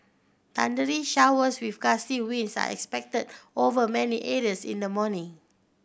thundery showers with gusty winds are expected over many areas in the morning